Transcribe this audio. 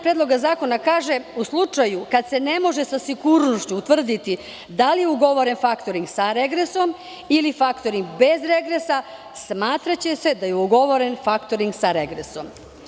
Predloga zakona kaže – u slučaju kad se ne može sa sigurnošću utvrditi da li ugovoren faktoring sa regresom ili faktoring bez regresa, smatraće se da je ugovoren faktoring sa regresom.